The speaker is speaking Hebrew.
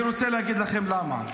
אני רוצה להגיד לכם למה.